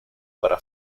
para